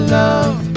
love